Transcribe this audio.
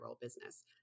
business